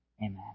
amen